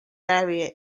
area